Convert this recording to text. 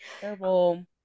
terrible